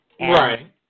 Right